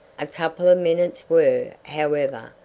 a couple of minutes were, however,